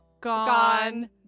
Gone